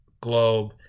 globe